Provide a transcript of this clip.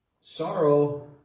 Sorrow